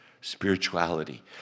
spirituality